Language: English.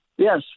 yes